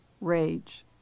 Rage